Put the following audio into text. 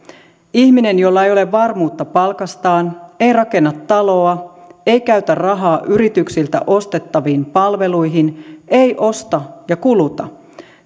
ihminen jolla ei ole varmuutta palkastaan ei rakenna taloa ei käytä rahaa yrityksiltä ostettaviin palveluihin ei osta ja kuluta